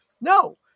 No